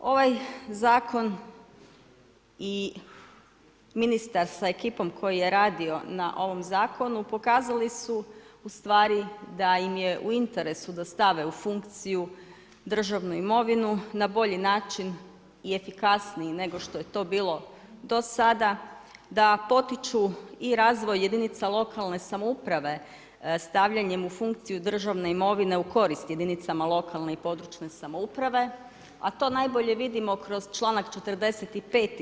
Ovaj Zakon i ministar sa ekipom koji je radio na ovom Zakonu pokazali su u stvari da im je u interesu da stave u funkciju državnu imovinu na bolji način i efikasniji nego što je to bilo do sada, da potiču i razvoj jedinica lokalne samouprave stavljanjem u funkciju državne imovine u korist jedinicama lokalne i područne samouprave, a to najbolje vidimo kroz članaka 45.